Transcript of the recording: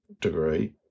degree